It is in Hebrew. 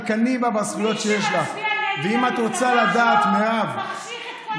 מי שמצביע נגד המפלגה שלו מחשיך את כל המפלגה.